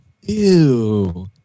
ew